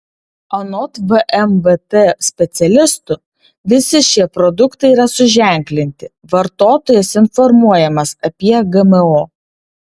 anot vmvt specialistų visi šie produktai yra suženklinti vartotojas informuojamas apie gmo